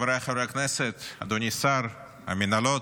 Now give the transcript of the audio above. חבריי חברי הכנסת, אדוני השר, המינהלות,